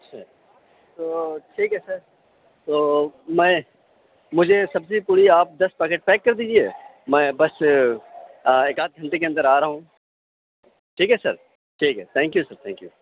اچھا تو ٹھیک ہے سر تو میں مجھے سبزی پوڑی آپ دس پیکیٹ پیک کر دیجیے میں بس ایک آدھے گھنٹے کے اندر آ رہا ہوں ٹھیک ہے سر ٹھیک ہے thank you sir thank you